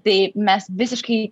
tai mes visiškai